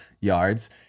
yards